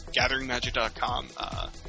GatheringMagic.com